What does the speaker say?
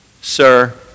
Sir